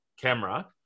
camera